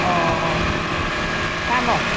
अह उम उम मा मोन